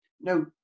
No